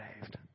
saved